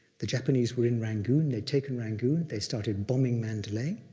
the japanese were in rangoon, they'd taken rangoon, they started bombing mandalay,